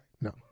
No